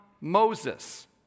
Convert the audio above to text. Moses